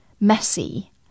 messy